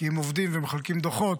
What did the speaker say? כי אם עובדים ומחלקים דוחות,